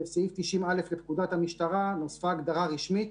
בסעיף 90א לפקודת המשטרה נוספה הגדרה רשמית